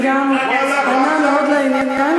וגם ענה מאוד לעניין.